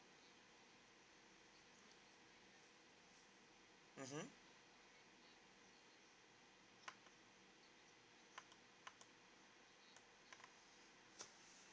mmhmm